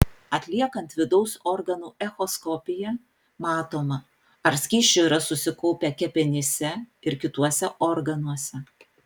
atliekant vidaus organų echoskopiją matoma ar skysčių yra susikaupę kepenyse ir kituose organuose